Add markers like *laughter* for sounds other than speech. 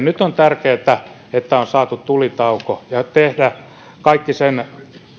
*unintelligible* nyt on tärkeää että on saatu tulitauko ja tehdään kaikki sen